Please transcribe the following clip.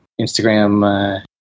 Instagram